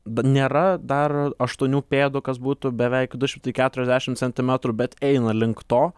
bet nėra dar aštuonių pėdų kas būtų beveik du šimtai keturiasdešim centimetrų bet eina link to